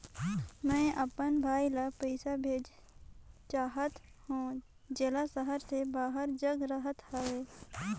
मैं अपन भाई ल पइसा भेजा चाहत हों, जेला शहर से बाहर जग रहत हवे